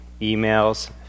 emails